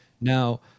Now